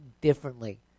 differently